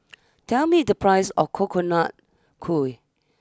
tell me the price of Coconut Kuih